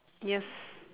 yes